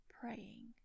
praying